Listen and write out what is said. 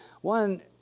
One